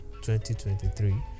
2023